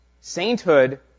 Sainthood